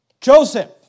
Joseph